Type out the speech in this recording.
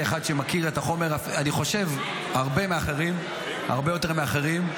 כאחד שמכיר את החומר הרבה יותר מאחרים,